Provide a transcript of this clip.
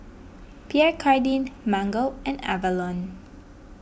Pierre Cardin Mango and Avalon